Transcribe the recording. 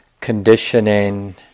conditioning